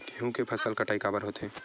गेहूं के फसल कटाई काबर होथे?